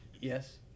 Yes